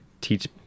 teach